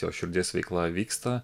jo širdies veikla vyksta